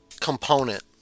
component